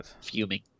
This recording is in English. fuming